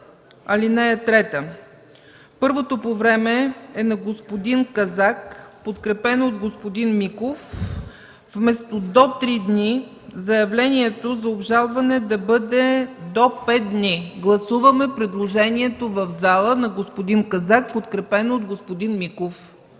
ал. 3. Първото по време е на господин Казак, подкрепено от господин Миков, вместо „до три дни” заявлението за обжалване да бъде „до пет дни”. Гласуваме предложението в зала на господин Казак, подкрепено от господин Миков.